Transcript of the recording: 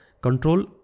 control